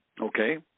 Okay